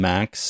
Max